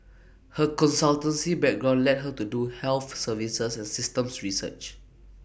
her consultancy background led her to do health services and systems research